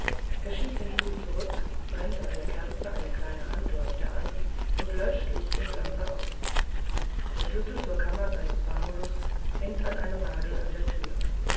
er schiebt den stuhl zurück brennt an der kerze eine kleine handleuchte an und löscht licht und lampe aus der schlüssel zur kammer seines famulus hängt an einem nagel an der tür